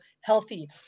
healthy